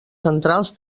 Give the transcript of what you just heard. centrals